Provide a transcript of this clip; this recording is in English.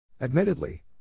Admittedly